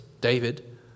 David